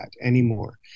anymore